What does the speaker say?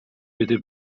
بده